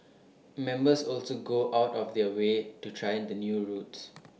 members also go out of their way to try the new routes